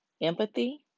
Empathy